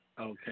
Okay